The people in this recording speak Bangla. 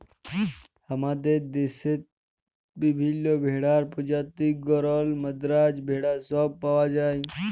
হামাদের দশেত বিভিল্য ভেড়ার প্রজাতি গরল, মাদ্রাজ ভেড়া সব পাওয়া যায়